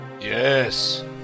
Yes